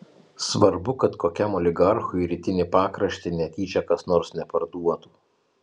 svarbu kad kokiam oligarchui rytinį pakraštį netyčia kas nors neparduotų